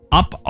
up